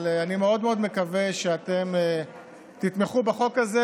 אבל אני מאוד מאוד מקווה שאתם תתמכו בחוק הזה,